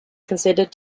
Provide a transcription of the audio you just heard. considered